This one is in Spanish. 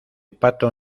pato